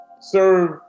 serve